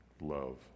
love